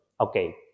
okay